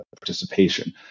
participation